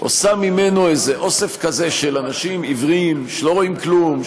עושה ממנו איזה אוסף כזה של אנשים עיוורים שלא רואים כלום,